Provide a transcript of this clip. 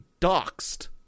doxed